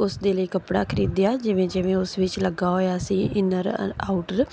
ਉਸਦੇ ਲਈ ਕੱਪੜਾ ਖਰੀਦਿਆ ਜਿਵੇਂ ਜਿਵੇਂ ਉਸ ਵਿੱਚ ਲੱਗਾ ਹੋਇਆ ਸੀ ਇਨਰ ਐਂਡ ਆਊਟਰ